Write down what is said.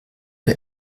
der